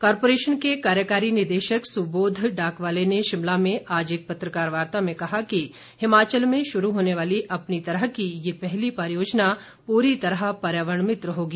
corporation के कार्यकारी निदेशक सुबोध डाकवाले ने शिमला में आज एक पत्रकार वार्ता में कहा कि हिमाचल में शुरू होने वाली अपनी तरह की ये पहली परियोजना पूरी तरह पर्यावरण मित्र होगी